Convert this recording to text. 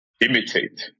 imitate